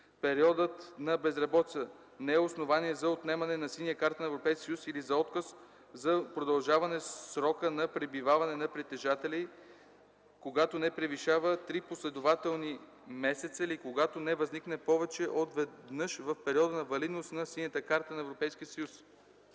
Периодът на безработица не е основание за отнемане на синя карта на Европейския съюз или за отказ за продължаване срока на пребиваване на притежателя й, когато не превишава три последователни месеца или когато не възникне повече от веднъж в периода на валидност на синята карта на Европейския съюз.